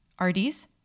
RDs